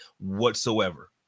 whatsoever